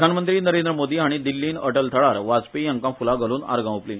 प्रधानमंत्री नरेंद्र मोदी हाणी दिल्लीन अटल थळार वाजपेयी हांका फुला घालून आर्गा ओंपली